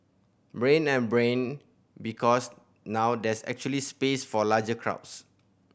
Brain and Brain because now there's actually space for larger crowds